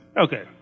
Okay